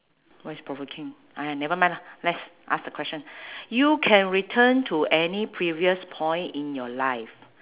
what is provoking !aiya! nevermind lah let's ask the question you can return to any previous point in your life